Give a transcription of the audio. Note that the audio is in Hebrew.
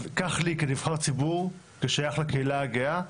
אז כך לי כנבחר הציבור ששייך לקהילה הגאה,